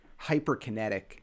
hyperkinetic